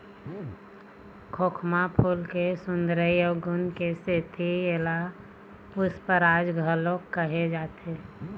खोखमा फूल के सुंदरई अउ गुन के सेती एला पुस्पराज घलोक कहे जाथे